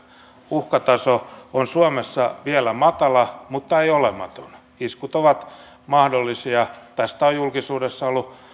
uhkataso on suomessa vielä matala mutta ei olematon iskut ovat mahdollisia tästä on julkisuudessa ollut